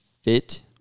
Fit